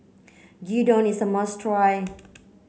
Gyudon is a must try